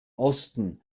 osten